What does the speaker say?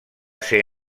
ser